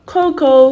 Coco